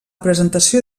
presentació